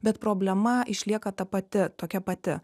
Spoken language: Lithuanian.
bet problema išlieka ta pati tokia pati